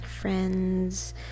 friends